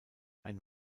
ein